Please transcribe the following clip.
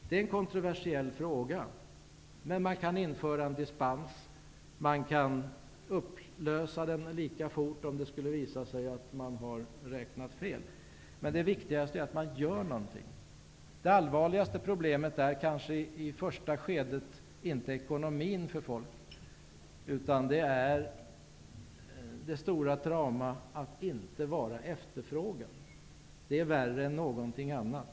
Det är en kontroversiell fråga, men man kan införa en dispens och man kan upplösa den lika fort, om det skulle visa sig att man har räknat fel. Det viktigaste är att man gör någonting. Det allvarligaste problemet för folk är kanske i första hand inte ekonomin, utan det stora trauma det innebär att inte vara efterfrågad. Det är värre än någonting annat.